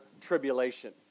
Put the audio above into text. tribulation